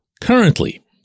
currently